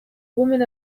woman